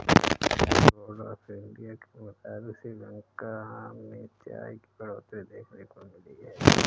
T Board of India के मुताबिक़ श्रीलंका में चाय की बढ़ोतरी देखने को मिली है